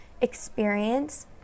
experience